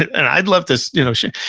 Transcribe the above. and i'd love this, you know so,